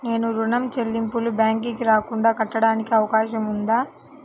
నేను ఋణం చెల్లింపులు బ్యాంకుకి రాకుండా కట్టడానికి అవకాశం ఉందా?